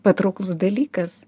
patrauklus dalykas